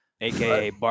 aka